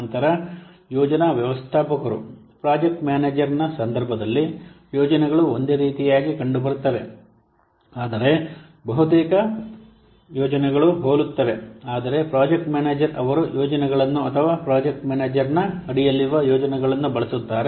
ನಂತರ ಯೋಜನಾ ವ್ಯವಸ್ಥಾಪಕರು ಪ್ರಾಜೆಕ್ಟ್ ಮ್ಯಾನೇಜರ್ನ ಸಂದರ್ಭದಲ್ಲಿ ಯೋಜನೆಗಳು ಒಂದೇ ರೀತಿಯಾಗಿ ಕಂಡುಬರುತ್ತವೆ ಆದರೆ ಬಹುತೇಕ ಯೋಜನೆಗಳು ಹೋಲುತ್ತವೆ ಆದರೆ ಪ್ರಾಜೆಕ್ಟ್ ಮ್ಯಾನೇಜರ್ ಅವರು ಯೋಜನೆಗಳನ್ನು ಅಥವಾ ಪ್ರಾಜೆಕ್ಟ್ ಮ್ಯಾನೇಜರ್ನ ಅಡಿಯಲ್ಲಿರುವ ಯೋಜನೆಗಳನ್ನು ಬಳಸುತ್ತಾರೆ